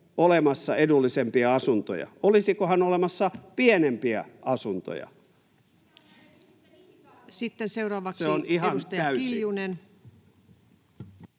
olemassa edullisempia asuntoja. Olisikohan olemassa pienempiä asuntoja? [Veronika